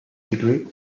degree